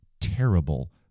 terrible